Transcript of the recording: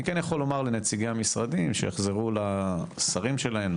אני כן יכול לומר לנציגי המשרדים שיחזרו לשרים שלהם,